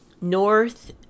north